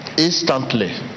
instantly